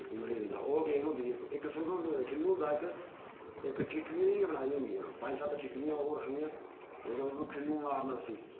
इक गुल्ली डंडा ओह् गेम होंदी ते इक संतोलिया होंदा हा खिन्नु होंदा हा इक ते इक ठीकरियां देइयां बनां दियां होंदियां हियां पंज सत्त ठीकरियां ओह् रक्खनियां ओह्दे पर खिन्नु मारना उसी